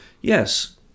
Yes